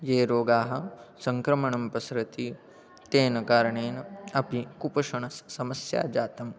ये रोगाः सङ्क्रमणेन प्रसरन्ति तेन कारणेन अपि कुपोषणस्य समस्या जाता